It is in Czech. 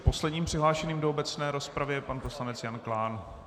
Posledním přihlášeným do obecné rozpravy je pan poslanec Jan Klán.